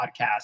podcast